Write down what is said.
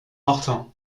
martin